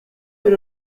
fait